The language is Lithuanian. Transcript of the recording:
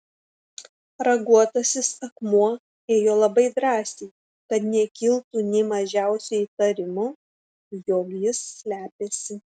raguotasis akmuo ėjo labai drąsiai kad nekiltų nė mažiausio įtarimo jog jis slepiasi